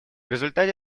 результате